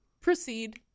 proceed